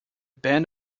band